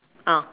ah